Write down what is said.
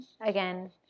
again